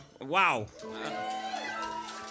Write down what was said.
Wow